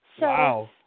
Wow